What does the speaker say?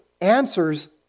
answers